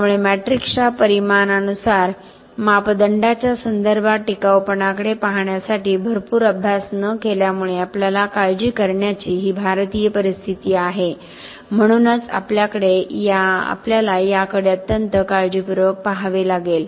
त्यामुळे मॅट्रिक्सच्या परिमाणानुसार मापदंडांच्या संदर्भात टिकाऊपणाकडे पाहण्यासाठी भरपूर अभ्यास न केल्यामुळे आपल्याला काळजी करण्याची ही भारतीय परिस्थिती आहे म्हणूनच आपल्याला याकडे अत्यंत काळजीपूर्वक पहावे लागेल